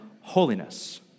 holiness